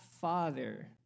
father